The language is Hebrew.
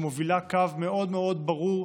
שמובילה קו מאוד מאוד ברור,